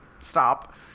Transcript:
stop